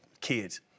kids